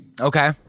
Okay